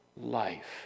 life